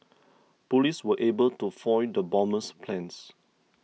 police were able to foil the bomber's plans